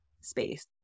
space